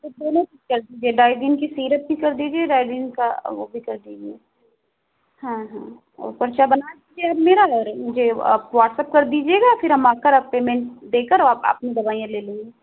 एक डोलो भी कर दीजिए राईजीन की सीरप भी कर दीजिए राईजीन का वह भी कर दीजिए हाँ हाँ और पर्चा बना दीजिए अब मेरा और मुझे आप व्हाट्सअप कर दीजिएगा फिर हम आकर पेमेंट देकर और आपसे दवाइयाँ ले लेंगे